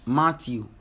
matthew